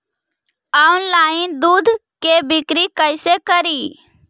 Online दुध के बिक्री कैसे करि?